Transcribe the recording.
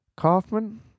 Kaufman